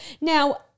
Now-